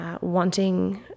wanting